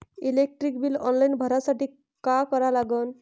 Electric bill online भरासाठी का करा लागन?